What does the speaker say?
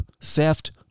theft